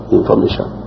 information